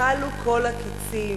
כלו כל הקצים.